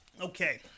Okay